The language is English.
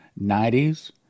90s